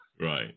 Right